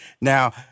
Now